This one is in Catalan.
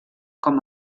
com